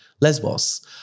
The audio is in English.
Lesbos